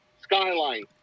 Skyline